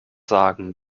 sagen